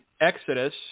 Exodus